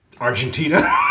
Argentina